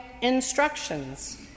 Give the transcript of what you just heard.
instructions